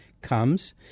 comes